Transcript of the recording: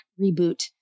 reboot